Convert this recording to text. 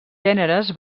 gèneres